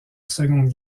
seconde